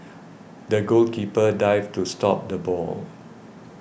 the goalkeeper dived to stop the ball